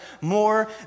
more